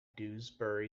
dewsbury